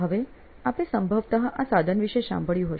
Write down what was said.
હવે આપે સંભવતઃ આ સાધન વિષે સાંભળ્યું હશે